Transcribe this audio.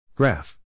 Graph